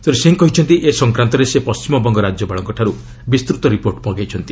ଶ୍ରୀ ସିଂହ କହିଛନ୍ତି ଏ ସଂକ୍ରାନ୍ତରେ ସେ ପଶ୍ଚିମବଙ୍ଗ ରାଜ୍ୟପାଳଙ୍କଠାରୁ ବିସ୍ତୃତ ରିପୋର୍ଟ ମଗାଇଛନ୍ତି